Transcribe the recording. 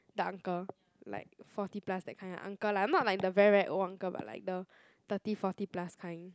the uncle like forty plus that kind of uncle lah not like the very very old uncle but like the thirty forty plus kind